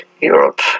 Europe